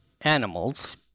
animals